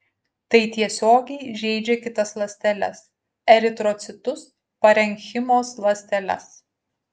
tai tiesiogiai žeidžia kitas ląsteles eritrocitus parenchimos ląsteles